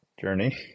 journey